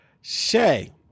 Shay